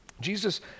Jesus